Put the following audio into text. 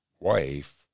wife